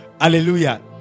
Hallelujah